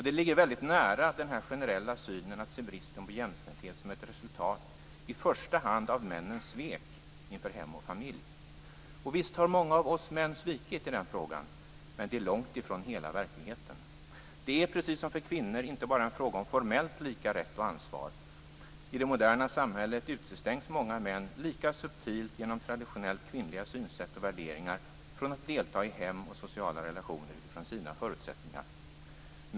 Det ligger väldigt nära denna generella syn att se bristen på jämställdhet som ett resultat i första hand av männens svek inför hem och familj. Och visst har många av oss män svikit, men det är långt ifrån hela verkligheten. Det är, precis som för kvinnor, inte bara en fråga om formellt lika rätt och ansvar. I det moderna samhället utestängs många män lika subtilt genom traditionellt kvinnliga synsätt och värderingar från att delta i hem och i sociala relationer utifrån sina förutsättningar.